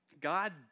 God